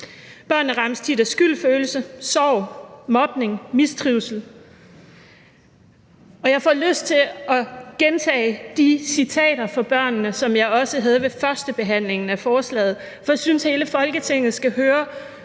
Børnene rammes tit af skyldfølelse, sorg, mobning, mistrivsel. Og jeg får lyst til at gentage de citater fra børnene, som jeg også havde ved førstebehandlingen af forslaget, for jeg synes, at hele Folketinget skal høre,